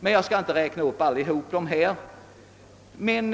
Jag skall inte nu räkna upp alla dessa skäl.